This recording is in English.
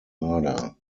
murder